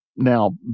Now